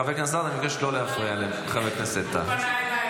חבר הכנסת סעדה,